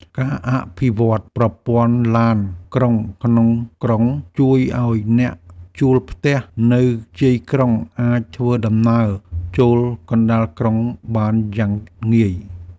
ការអភិវឌ្ឍប្រព័ន្ធឡានក្រុងក្នុងក្រុងជួយឱ្យអ្នកជួលផ្ទះនៅជាយក្រុងអាចធ្វើដំណើរចូលកណ្តាលក្រុងបានយ៉ាងងាយ។